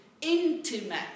intimate